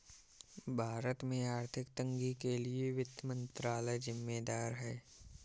भारत में आर्थिक तंगी के लिए वित्त मंत्रालय ज़िम्मेदार है